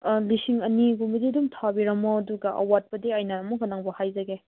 ꯂꯤꯁꯤꯡ ꯑꯅꯤꯒꯨꯝꯕꯗꯤ ꯑꯗꯨꯝ ꯊꯥꯕꯤꯔꯝꯃꯣ ꯑꯗꯨꯒ ꯑꯋꯥꯠꯄꯗꯤ ꯑꯩꯅ ꯑꯃꯨꯛꯀ ꯅꯪꯕꯨ ꯍꯥꯏꯖꯒꯦ